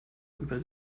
über